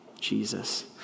Jesus